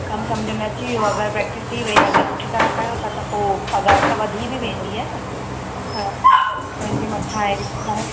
कमु समुझ में अची वियो अगरि प्रेक्टिस थी वेई अगरि सुठी तरह कयो था त पोइ पघारु त वधी बि वेंदी आहे न त पंहिंजे मथां आहे ज